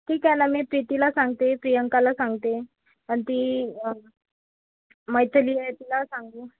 ठीक आहे ना मी प्रीतीला सांगते प्रियंकाला सांगते आणि ती मैथली आहे तिला सांगू